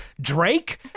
Drake